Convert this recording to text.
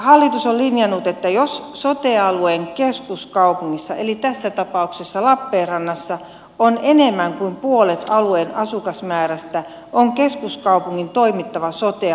hallitus on linjannut että jos sote alueen keskuskaupungissa eli tässä tapauksessa lappeenrannassa on enemmän kuin puolet alueen asukasmäärästä on keskuskaupungin toimittava sote alueen vastuukuntana